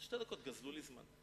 גזלו לי זמן.